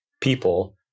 people